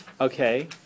Okay